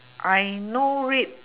I know it